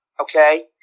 Okay